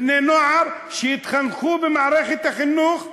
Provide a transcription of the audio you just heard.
בני-נוער שהתחנכו במערכת החינוך הממלכתית.